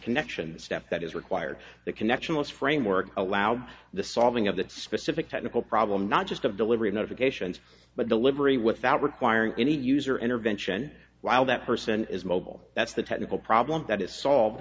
connection step that is required the connectionless framework allowed the solving of that specific technical problem not just of delivery notifications but delivery without requiring any user intervention while that person is mobile that's the technical problem